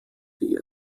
die